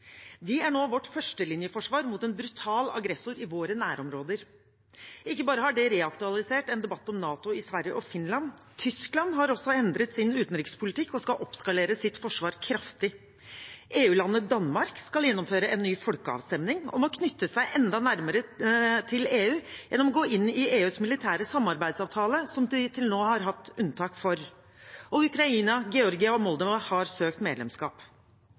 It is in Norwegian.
er nå vårt førstelinjeforsvar mot en brutal aggressor i våre nærområder. Ikke bare har det reaktualisert en debatt om NATO i Sverige og Finland – Tyskland har også endret sin utenrikspolitikk og skal oppskalere sitt forsvar kraftig. EU-landet Danmark skal gjennomføre en ny folkeavstemning om å knytte seg enda nærmere til EU, gjennom å gå inn i EUs militære samarbeidsavtale, som de til nå har hatt unntak for. Ukraina, Georgia og Moldova har søkt medlemskap.